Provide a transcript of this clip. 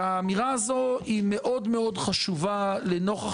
האמירה הזו מאוד מאוד חשובה לנוכח